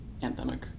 anthemic